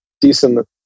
decent